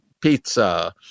pizza